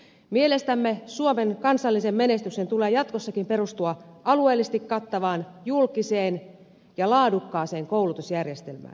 mielestämme suomen kansallisen menestyksen tulee jatkossakin perustua alueellisesti kattavaan julkiseen ja laadukkaaseen koulutusjärjestelmään